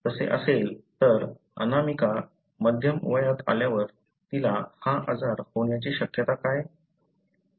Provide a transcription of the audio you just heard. तसे असेल तर अनामिका मध्यम वयात आल्यावर तिला हा आजार होण्याची शक्यता काय